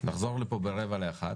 נחזור לכאן ב-12:45,